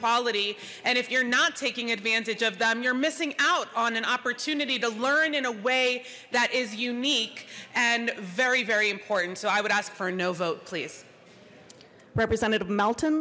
quality and if you're not taking advantage of them you're missing out on an opportunity to learn in a way that is unique and very very important so i would ask for a no vote please representative melt